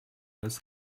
als